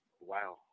wow